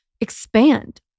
expand